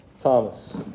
Thomas